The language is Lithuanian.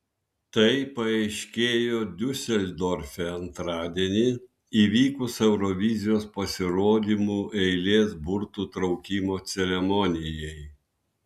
tai paaiškėjo diuseldorfe antradienį įvykus eurovizijos pasirodymų eilės burtų traukimo ceremonijai